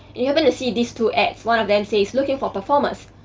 and you happen to see these two ads. one of them says looking for performers,